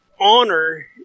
honor